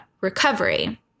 recovery